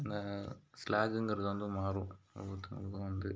அதில் ஸ்லாங்குங்குறது வந்து மாறும் ஒவ்வொருத்தவங்களுக்கும் வந்து